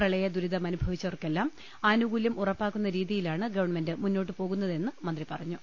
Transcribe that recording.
പ്രളയദുരിതമനുഭവിച്ചവർക്കെല്ലാം ആനുകൂല്യം ഉറപ്പാക്കുന്ന രീതി യിലാണ് ഗവൺമെന്റ് മുന്നോട്ട് പോകുന്നതെന്ന് മന്ത്രി പറഞ്ഞു